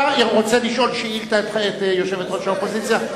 אתה רוצה לשאול שאילתא את יושבת-ראש האופוזיציה?